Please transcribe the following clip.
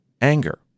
anger